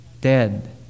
dead